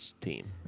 team